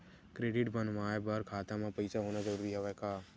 Credit बनवाय बर खाता म पईसा होना जरूरी हवय का?